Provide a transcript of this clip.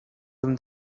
tym